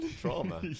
trauma